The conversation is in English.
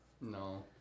No